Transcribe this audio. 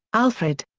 alfred.